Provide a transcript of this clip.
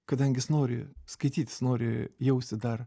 kadangi jis nori skaityt jis nori jausti dar